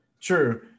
true